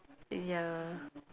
ya